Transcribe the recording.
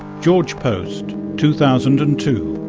george post, two thousand and two.